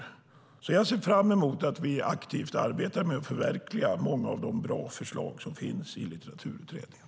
Jag ser fram emot att vi aktivt ska arbeta med att förverkliga många av de bra förslag som finns i Litteraturutredningen.